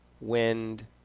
wind